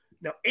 Now